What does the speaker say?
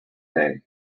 day